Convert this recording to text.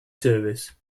service